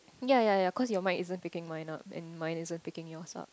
ya ya ya cause your mic isn't picking mine up and mine isn't picking yours up